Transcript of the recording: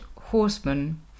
Horseman